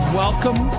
welcome